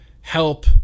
help